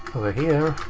over here.